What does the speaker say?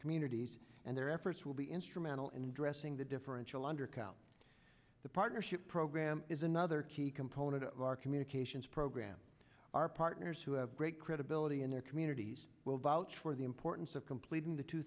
communities and their efforts will be instrumental in addressing the differential undercount the partnership program is another key component of our communications program our partners who have great credibility in their communities will vouch for the importance of completing the two